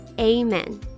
amen